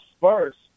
first